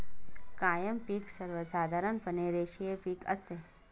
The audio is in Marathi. कायम पिक सर्वसाधारणपणे रेषीय पिक असते